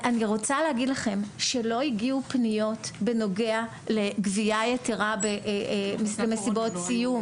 אני רוצה להגיד לכם שלא הגיעו פניות בנוגע לגבייה יתרה במסיבות סיום.